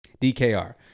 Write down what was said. DKR